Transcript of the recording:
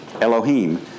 Elohim